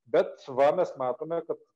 bet va mes matome kad